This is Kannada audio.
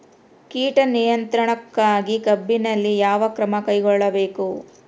ಕೇಟ ನಿಯಂತ್ರಣಕ್ಕಾಗಿ ಕಬ್ಬಿನಲ್ಲಿ ಯಾವ ಕ್ರಮ ಕೈಗೊಳ್ಳಬೇಕು?